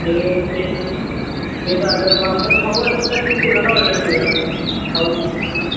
हे ते ते झालं मग आपण खाऊ वाटपसाठी कुणाला ऑर्डर देऊया खाऊ